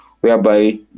whereby